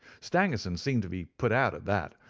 stangerson seemed to be put out at that,